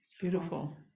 beautiful